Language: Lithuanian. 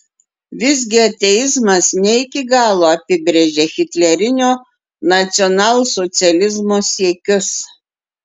visgi ateizmas ne iki galo apibrėžia hitlerinio nacionalsocializmo siekius